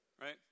Right